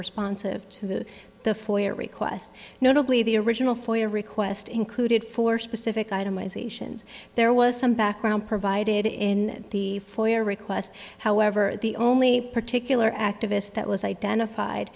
responsive to the foyer requests notably the original foyer request included for specific itemization there was some background provided in the foyer request however the only particular activist that was identified